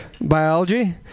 Biology